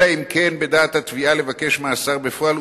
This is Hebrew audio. אלא אם כן בדעת התביעה לבקש מאסר בפועל,